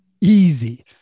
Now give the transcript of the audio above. Easy